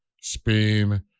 spain